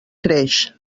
creix